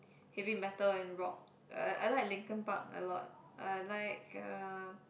heavy metal and rock uh I like Linkin-Park a lot I like uh